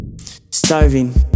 starving